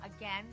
again